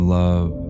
love